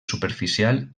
superficial